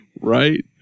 Right